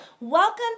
Welcome